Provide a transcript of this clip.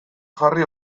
jarri